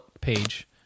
page